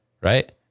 Right